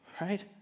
Right